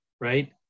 right